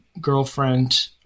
girlfriend